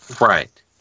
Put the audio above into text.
Right